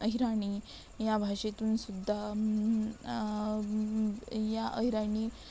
अहिराणी या भाषेतून सुद्धा या अहिराणी